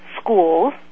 schools